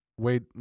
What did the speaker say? Wait